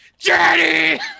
Daddy